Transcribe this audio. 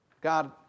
God